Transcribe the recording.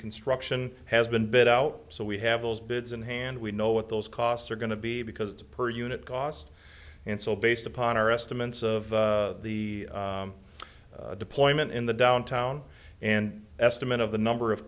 construction has been bit out so we have those bids in hand we know what those costs are going to be because it's per unit cost and so based upon our estimates of the deployment in the downtown and estimate of the number of